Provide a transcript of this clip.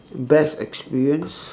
best experience